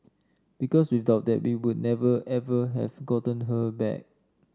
because without that we would never ever have gotten her back